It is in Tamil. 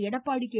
எடப்பாடி கே